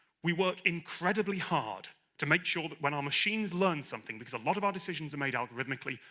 we work incredibly hard to make sure that when our machines learn something, because a lot of our decisions are made algorithmically,